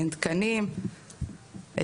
אין תקנים,